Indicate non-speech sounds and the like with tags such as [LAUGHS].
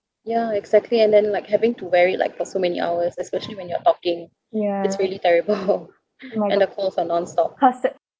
yeah exactly and then like having to wear it like for so many hours especially when you're talking it's really terrible [LAUGHS] and the calls are nonstop